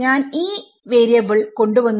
ഞാൻ എന്ന വാരിയബിൾ കൊണ്ടുവന്നു